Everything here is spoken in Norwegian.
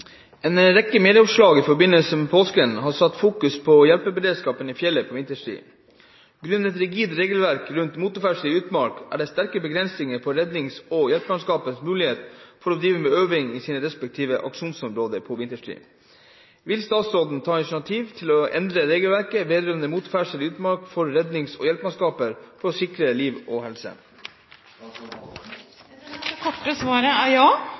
rekke medieoppslag i forbindelse med påsken har satt fokus på hjelpeberedskapen i fjellet på vinterstid. Grunnet rigid regelverk rundt motorferdsel i utmark er det sterke begrensninger på rednings- og hjelpemannskapenes mulighet for å drive med øving i sine respektive aksjonsområder på vinterstid. Vil statsråden ta initiativ til å endre regelverket vedrørende motorferdsel i utmark for rednings- og hjelpemannskap for å sikre liv og helse?» Det korte svaret er ja